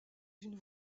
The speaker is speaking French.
d’une